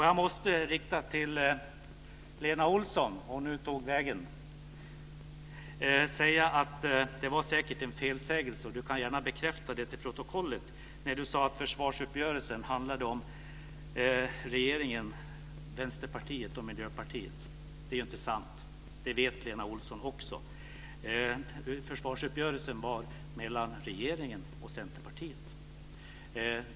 Jag måste till Lena Olsson säga - jag vet inte vart hon tog vägen - att hon säkert gjorde en felsägning, som hon gärna kan bekräfta det för protokollet, när hon sade att det var regeringen, Vänsterpartiet och Det är ju inte sant. Det vet Lena Olsson också. Det var regeringen och Centerpartiet som stod bakom försvarsuppgörelsen.